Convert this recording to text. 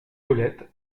paulette